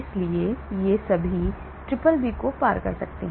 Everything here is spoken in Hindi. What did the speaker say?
इसलिए वे सभी BBB को पार करते हैं